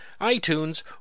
iTunes